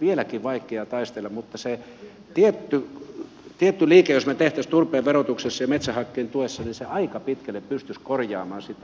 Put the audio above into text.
vieläkin vaikea taistella mutta sen tietyn liikkeen jos me tekisimme turpeen verotuksessa ja metsähakkeen tuessa se aika pitkälle pystyisi korjaamaan sitä